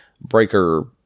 Breaker